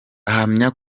ahamya